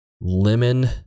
lemon